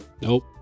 Nope